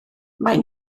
maen